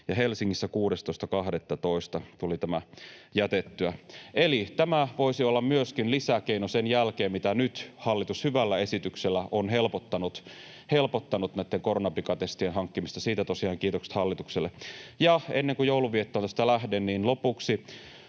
Helsingissä 16.12. tuli tämä jätettyä. Eli tämä voisi olla myöskin lisäkeino sen jälkeen, miten nyt hallitus hyvällä esityksellä on helpottanut näitten koronapikatestien hankkimista. Siitä tosiaan kiitokset hallitukselle. Ennen kuin joulunviettoon tästä lähden,